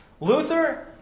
Luther